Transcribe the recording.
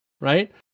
right